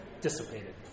dissipated